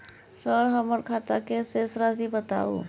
Sir हमर खाता के शेस राशि बताउ?